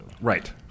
Right